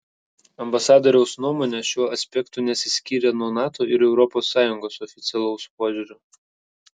ambasadoriaus nuomonė šiuo aspektu nesiskyrė nuo nato ir europos sąjungos oficialaus požiūrio